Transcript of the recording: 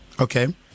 okay